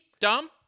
dumb